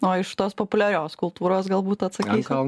o iš tos populiarios kultūros galbūt atsakysit